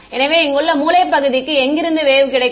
எனவே இங்குள்ள மூலை பகுதிக்கு எங்கிருந்து வேவ் கிடைக்கும்